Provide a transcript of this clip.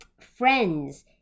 friends